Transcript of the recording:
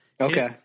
Okay